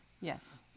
Yes